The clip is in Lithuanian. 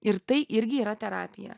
ir tai irgi yra terapija